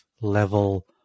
level